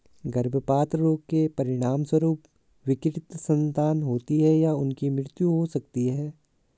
गर्भपात रोग के परिणामस्वरूप विकृत संतान होती है या उनकी मृत्यु हो सकती है